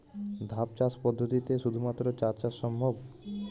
ধাপ চাষ পদ্ধতিতে শুধুমাত্র চা চাষ সম্ভব?